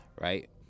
right